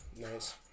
Nice